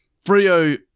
Frio